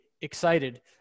excited